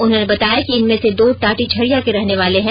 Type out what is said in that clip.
उन्होंने बताया गया है कि इनमें से दो टाटीझरिया के रहने वाले हैं